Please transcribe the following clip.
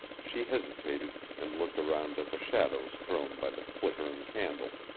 she hesitated, and looked around at the shadows thrown by the flickering candle.